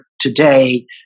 today